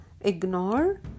ignore